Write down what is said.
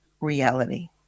reality